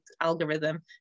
algorithm